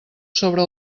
sobre